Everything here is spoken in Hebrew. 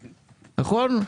נכון?